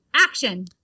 action